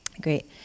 Great